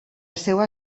seva